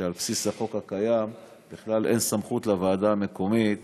שעל בסיס החוק הקיים בכלל אין סמכות לוועדה המקומית